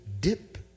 dip